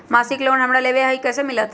मासिक लोन हमरा लेवे के हई कैसे मिलत?